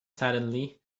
suddenly